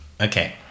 Okay